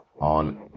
on